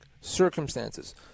circumstances